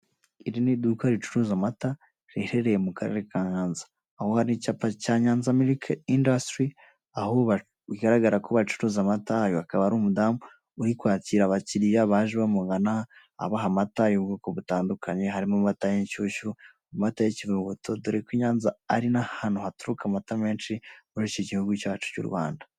Iri ni iduka ricuruza amata riherereye mu karere ka nyanza aho hari icyapa cya Nyanza milk industry aho bigaragarako bacuruza uyu akaba ari umudamu uri kwakira abakiriya baje bamugana abaha amata yubwoko butandukanye harimo amata y'inshyushyu amata y'ikivuguto dore ko i Nyanza ari n'ahantu haturuka amata menshi muri iki gihugu cyacu cyu Rwanda.